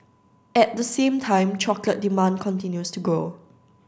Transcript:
at the same time chocolate demand continues to grow